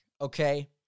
okay